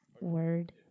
Word